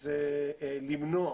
הוא למנוע.